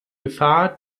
gefahr